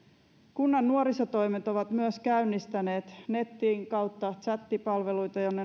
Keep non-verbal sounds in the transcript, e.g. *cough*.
kunnan nuorisotoimet ovat myös käynnistäneet netin kautta tsättipalveluita joiden *unintelligible*